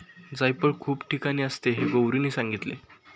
जायफळ खूप कठीण असते हे गौरीने सांगितले